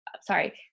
sorry